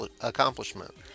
accomplishment